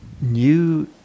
new